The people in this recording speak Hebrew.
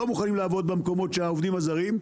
לא מוכנים לעבוד במקומות שבהם עובדים העובדים הזרים.